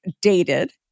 dated